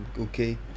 okay